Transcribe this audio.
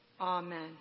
Amen